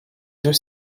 deux